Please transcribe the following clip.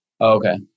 Okay